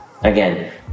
again